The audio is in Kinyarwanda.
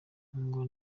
ngo